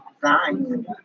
design